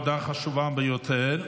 הודעה חשובה ביותר,